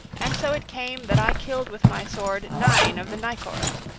and so it came that i killed with my sword nine of the nicors.